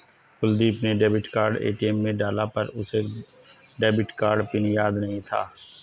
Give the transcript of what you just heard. कुलदीप ने debit card ATM में डाला पर उसे डेबिट कार्ड पिन याद नहीं था